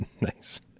Nice